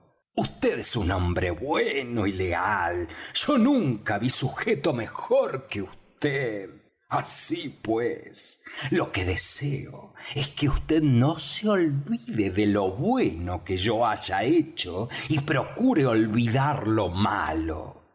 vd es un hombre bueno y leal yo nunca ví sujeto mejor que vd así pues lo que deseo es que vd no se olvide de lo bueno que yo haya hecho y procure olvidar lo malo